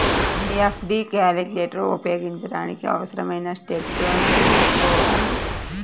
FD calculator ఉపయోగించడానికి అవసరమైన స్టెప్పులను తెల్సుకోవాలి